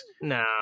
No